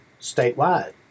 statewide